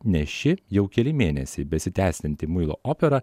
nes ši jau keli mėnesiai besitęsianti muilo opera